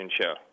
show